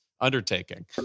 undertaking